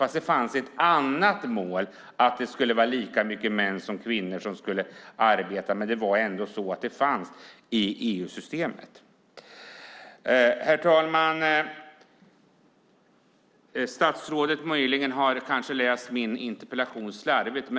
Fast det fanns ett annat mål, att det skulle vara lika många män som kvinnor som skulle arbeta, men det fanns ändå i EU-systemet. Herr talman! Statsrådet har möjligen läst min interpellation slarvigt.